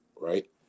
right